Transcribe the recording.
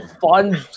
fun